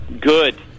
good